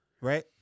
right